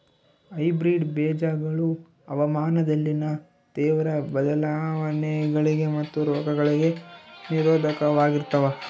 hybrid ಬೇಜಗಳು ಹವಾಮಾನದಲ್ಲಿನ ತೇವ್ರ ಬದಲಾವಣೆಗಳಿಗೆ ಮತ್ತು ರೋಗಗಳಿಗೆ ನಿರೋಧಕವಾಗಿರ್ತವ